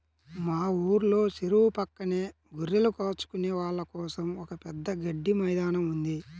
మా ఊర్లో చెరువు పక్కనే గొర్రెలు కాచుకునే వాళ్ళ కోసం ఒక పెద్ద గడ్డి మైదానం ఉంది